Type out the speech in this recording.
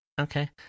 Okay